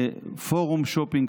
"פורום שופינג",